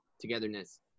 togetherness